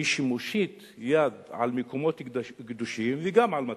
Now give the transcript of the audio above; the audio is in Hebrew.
מי שמושיט יד על מקומות קדושים, וגם על מטעים,